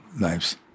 lives